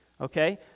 Okay